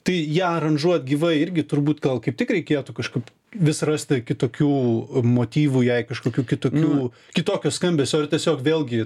tai ją aranžuot gyvai irgi turbūt gal kaip tik reikėtų kažkaip vis rasti kitokių motyvų jai kažkokių kitokių kitokio skambesio ar tiesiog vėlgi